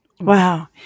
Wow